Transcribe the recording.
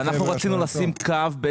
אנחנו רצינו לשים קו.